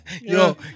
yo